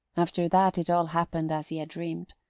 after that it all happened as he had dreamed.